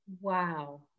Wow